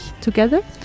together